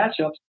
matchups